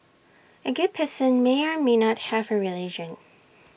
A good person may or may not have A religion